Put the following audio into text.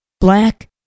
black